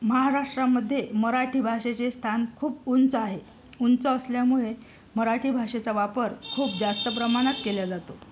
महाराष्ट्रामध्ये मराठी भाषेचे स्थान खूप उंच आहे उंच असल्यामुळे मराठी भाषेचा वापर खूप जास्त प्रमाणात केल्या जातो